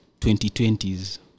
2020s